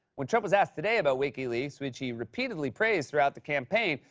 when trump was asked today about wikileaks, which he repeatedly praised throughout the campaign,